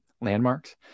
landmarks